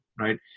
Right